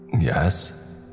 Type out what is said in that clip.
Yes